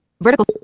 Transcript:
Vertical